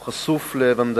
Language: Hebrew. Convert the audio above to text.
הוא חשוף לוונדליזם.